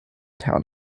town